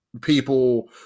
people